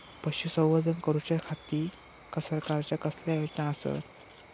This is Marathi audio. पशुसंवर्धन करूच्या खाती सरकारच्या कसल्या योजना आसत?